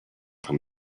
from